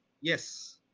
Yes